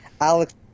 Alex